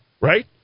right